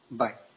bye